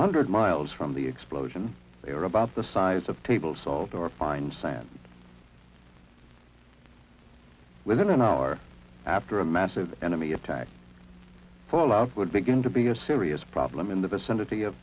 one hundred miles from the explosion they are about the size of table salt or fine sand within an hour after a massive enemy attack fallout would begin to be a serious problem in the vicinity of